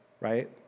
right